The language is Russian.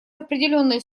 определённой